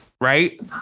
right